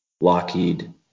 Lockheed